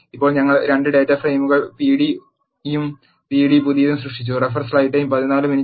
ഇപ്പോൾ ഞങ്ങൾ 2 ഡാറ്റ ഫ്രെയിമുകൾ pd ഉം pd പുതിയതും സൃഷ്ടിച്ചു